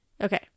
Okay